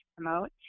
promote